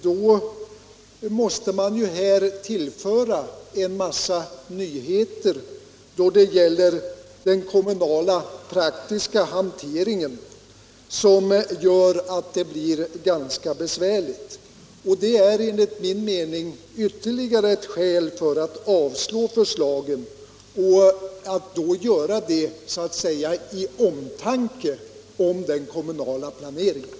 Då måste man ju tillföra en massa nyheter gällande den kommunala praktiska hanteringen som gör att det blir ganska besvärligt. Det är enligt min mening ytterligare ett skäl för att avslå förslagen och att göra det av omtanke om den kommunala planeringen.